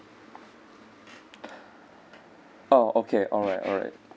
oh okay alright alright